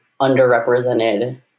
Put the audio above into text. underrepresented